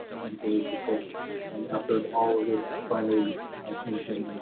mentally for folks and after all of this finally came to